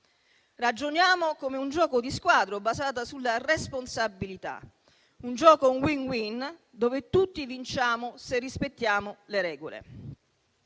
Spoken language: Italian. Ragioniamo come un gioco di squadra basato sulla responsabilità; un gioco *win-win* dove tutti vinciamo se rispettiamo le regole.